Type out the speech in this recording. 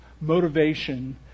motivation